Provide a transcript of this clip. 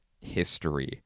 history